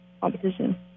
competition